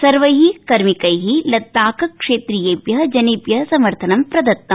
सर्वै कर्मिकै लददाख क्षेत्रीयेभ्य जनेभ्य समर्थन प्रदत्म